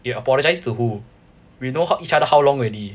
you apologise to who we know how each other how long already